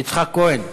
יצחק כהן,